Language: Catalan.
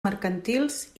mercantils